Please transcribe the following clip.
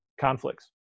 conflicts